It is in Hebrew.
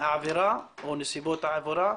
העבירה או נסיבות העבירה.